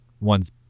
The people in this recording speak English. One's